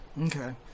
Okay